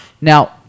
Now